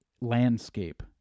landscape